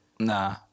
Nah